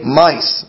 mice